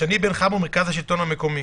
שני בן חמו, מרכז שלטון מקומי.